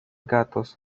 gatos